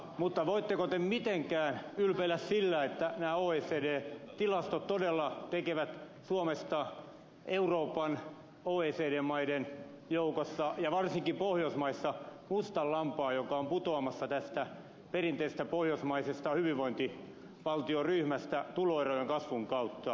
mutta voitteko te mitenkään ylpeillä sillä että oecdn tilastot todella tekevät suomesta euroopan oecd maiden joukossa ja varsinkin pohjoismaissa mustan lampaan joka on putoamassa tästä perinteisestä pohjoismaisesta hyvinvointivaltioryhmästä tuloerojen kasvun kautta